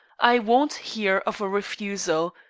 i won't hear of a refusal.